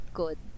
good